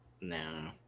No